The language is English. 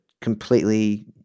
completely